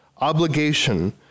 obligation